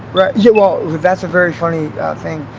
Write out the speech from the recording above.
yeah, well, that's a very funny thing.